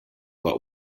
what